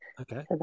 Okay